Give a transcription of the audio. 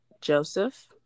Joseph